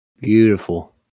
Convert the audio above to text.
Beautiful